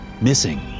Missing